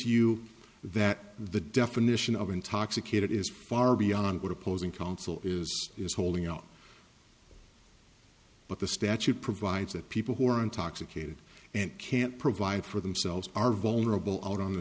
you that the definition of intoxicated is far beyond what opposing counsel is is holding up but the statute provides that people who are intoxicated and can't provide for themselves are vulnerable out on the